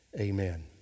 amen